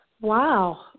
Wow